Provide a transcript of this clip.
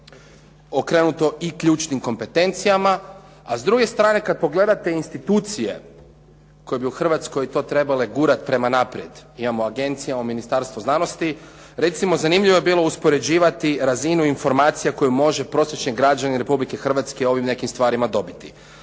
okrenuto i ključnim kompetencijama, a s druge strane kad pogledate institucije koje bi u Hrvatskoj to trebale gurati prema naprijed, imamo Agenciju o Ministarstvu znanosti, recimo zanimljivo bi bilo uspoređivati razinu informacija koju može prosječni građanin Republike Hrvatske u ovim nekim stvarima dobiti.